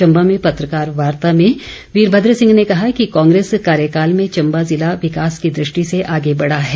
चम्बा में पत्रकार वार्ता में वीरभद्र सिंह ने कहा कि कांग्रेस कार्यकाल में चम्बा ज़िला विकास की दृष्टि से आगे बढ़ा है